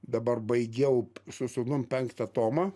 dabar baigiau su sūnum penktą tomą